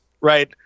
right